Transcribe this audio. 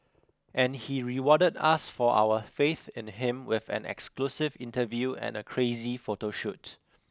and he rewarded us for our faith in him with an exclusive interview and a crazy photo shoot